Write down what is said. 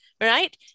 Right